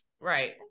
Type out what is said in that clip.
Right